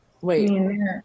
Wait